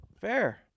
Fair